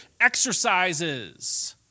exercises